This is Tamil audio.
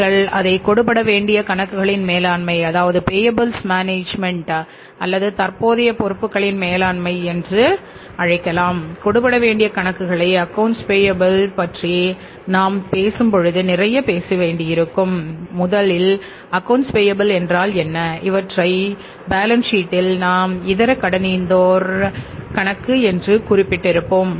நீங்கள் அதை கொடு படவேண்டிய கணக்குகளின் மேலாண்மை பேயப்பிள்ஸ் மேனேஜ்மென்ட் நாம் இதர கடனீந்தோர் கணக்கு என்று குறிப்பிட்டு இருப்போம்